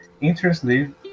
Interestingly